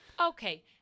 okay